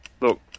look